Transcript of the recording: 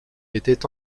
était